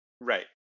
Right